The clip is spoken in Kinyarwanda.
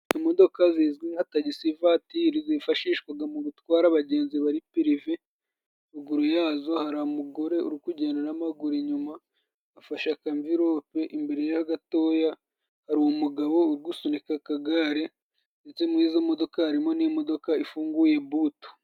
Imodoka zizwi nka tagisi vatiri zifashishwaga mu gutwara abagenzi bari pirive, ruguru yazo hari umugore uri kugenda n'amaguru inyuma afasha akanvilope, imbere ye gatoya hari umugabo uri gusunika akagare, ndetse mu izo modoka harimo n'imodoka ifunguye buto.